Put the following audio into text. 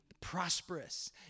prosperous